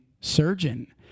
surgeon